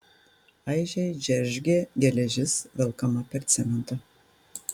aižiai džeržgė geležis velkama per cementą